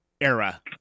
era